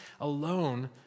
alone